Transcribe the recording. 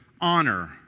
honor